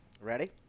Ready